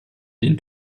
den